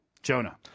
Jonah